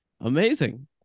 amazing